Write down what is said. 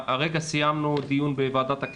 הרגע סיימנו דיון בוועדת העלייה,